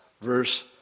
verse